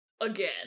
again